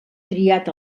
triat